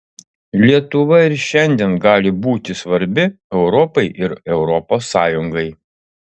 lietuva ir šiandien gali būti svarbi europai ir europos sąjungai